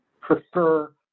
prefer